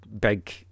big